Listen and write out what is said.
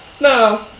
No